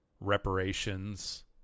reparations